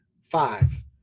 five